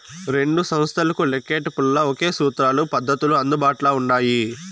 రెండు సంస్తలకు లెక్కేటపుల్ల ఒకే సూత్రాలు, పద్దతులు అందుబాట్ల ఉండాయి